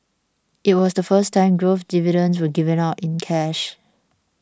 it was the first time growth dividends were given out in cash